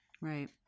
Right